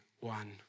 one